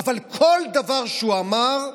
אבל כל דבר שהוא אמר,